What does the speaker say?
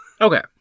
Okay